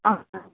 ಹೌದಾ